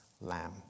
lamb